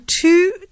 two